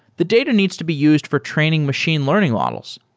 the data needs to be used for training machine learning models.